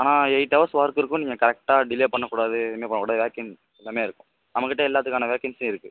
ஆனால் eight hours work இருக்கும் நீங்கள் கரெக்டா டிலே பண்ணக்கூடாது எதுவுமே பண்ண கூட வேக்கன் எல்லாமே இருக்கும் நமக்கிட்ட எல்லாத்துக்கான வேக்கன்ஸியும் இருக்குது